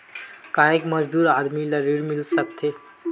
का एक मजदूर आदमी ल ऋण मिल सकथे?